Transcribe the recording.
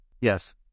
yes